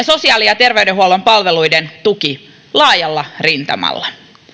sosiaali ja terveydenhuollon palveluiden tuki laajalla rintamalla